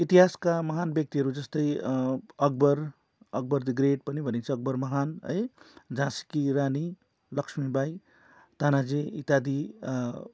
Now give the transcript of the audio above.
इतिहासका महान व्यक्तिहरू जस्तै अकबर अकबर दि ग्रेट पनि भनिन्छ अकबर महान है झाँसी कि रानी लक्ष्मीबाई ताना जी इत्यादि